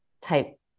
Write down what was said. type